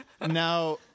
Now